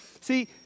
See